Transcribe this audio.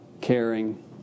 caring